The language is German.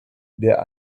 der